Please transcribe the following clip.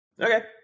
Okay